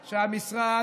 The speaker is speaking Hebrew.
חלאס,